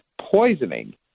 poisoning